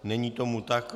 Není tomu tak.